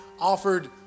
offered